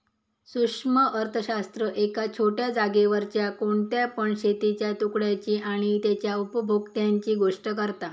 सूक्ष्म अर्थशास्त्र एका छोट्या जागेवरच्या कोणत्या पण शेतीच्या तुकड्याची आणि तेच्या उपभोक्त्यांची गोष्ट करता